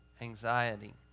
anxiety